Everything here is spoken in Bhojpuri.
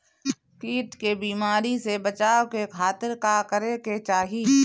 कीट के बीमारी से बचाव के खातिर का करे के चाही?